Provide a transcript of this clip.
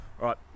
right